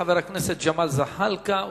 חבר הכנסת ג'מאל זחאלקה,